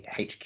HQ